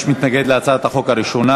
יש מתנגד להצעת החוק הראשונה,